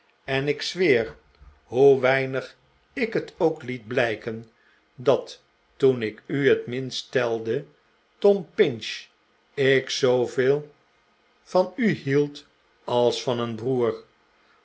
en ik zweer hoe weinig ik het ook liet blijken dat toen ik u het minst telde tom pinch ik zooveel van u hield als van een broer